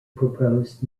proposed